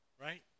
right